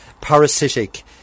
parasitic